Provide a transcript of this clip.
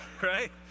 Right